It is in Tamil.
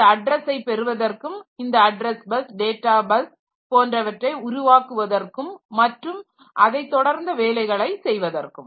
இந்த அட்ரஸை பெறுவதற்கும் இந்த அட்ரஸ் பஸ் டேட்டா பஸ் போன்றவை உருவாக்குவதற்கும் மற்றும் அதைத் தொடர்ந்த வேலைகளை செய்வதற்கும்